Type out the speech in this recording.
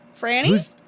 Franny